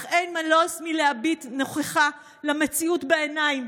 אך אין מנוס מלהביט נכוחה למציאות בעיניים,